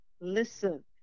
listen